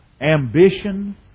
ambition